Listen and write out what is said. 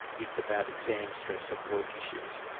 it's about exam stress and work issues.